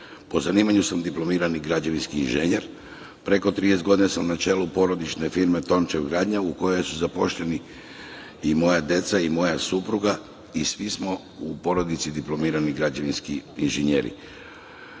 zanimanju sam diplomirani građevinski inženjer, preko 30 godina sam na čelu porodične firme „Tončev gradnja“ u kojoj su zaposleni i moja deca i moja supruga i svi smo u porodici diplomirani građevinski inženjeri.